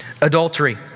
adultery